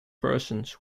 persons